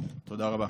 תודה רבה.